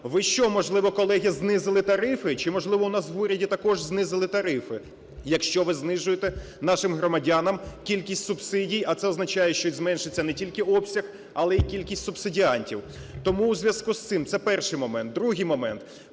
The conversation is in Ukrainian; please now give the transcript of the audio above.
ви, що, можливо, колеги, знизили тарифи чи, можливо, у нас в уряді також знизили тарифи? Якщо ви знижуєте нашим громадянам кількість субсидій, а це означає, що зменшиться не тільки обсяг, але й кількість субсидіантів. Тому у зв'язку з цим… Це – перший момент. Другий момент.